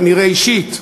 כנראה אישית,